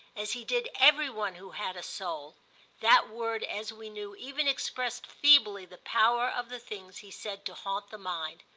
as he did every one who had a soul that word, as we knew, even expressed feebly the power of the things he said to haunt the mind.